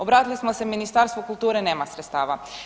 Obratili smo se Ministarstvu kulture, nema sredstava.